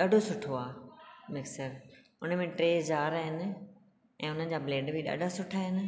ॾाढो सुठो आहे मिक्सर हुनमें टे जार आहिनि ऐं हुनजा ब्लेड बि ॾाढा सुठा आहिनि